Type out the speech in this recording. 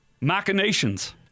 Machinations